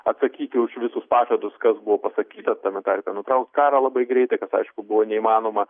atsakyti už visus pažadus kas buvo pasakyta tame tarpe nutraukt karą labai greitai kas aišku buvo neįmanoma